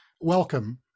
Welcome